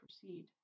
proceed